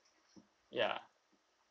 ya